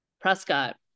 Prescott